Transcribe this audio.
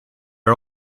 are